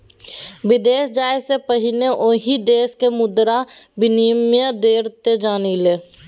विदेश जाय सँ पहिने ओहि देशक मुद्राक विनिमय दर तँ जानि ले